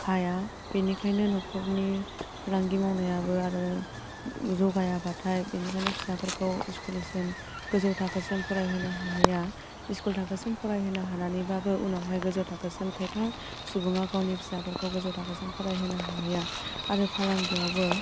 हाया बेनिखायनो न'खरनि फालांगि मावनायाबो आरो जौगायाबाथाय बेनिखायनो फिसाफोरखौ इस्कुलसिम गोजौ थाखोसिम फरायहोनो हाहैया इस्कुल थाखोसिम फरायहोनो हानानैबाबो उनावहाय गोजौ थाखोसिम खायफा सुबुङा गावनि फिसाफोरखौ गोजौ थाखोसिम फरायहोनो हाहैया आरो फालांगियावबो